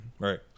Right